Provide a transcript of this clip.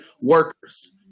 workers